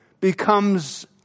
becomes